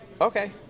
Okay